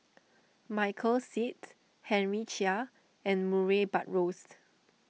Michael Seet Henry Chia and Murray Buttrose